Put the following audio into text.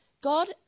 God